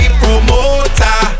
promoter